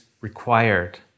required